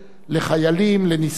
לנזקקים להשתלות,